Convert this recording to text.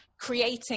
creating